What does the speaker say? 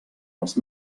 els